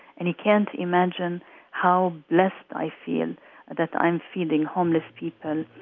and you can't imagine how blessed i feel that i'm feeding homeless people,